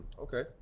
Okay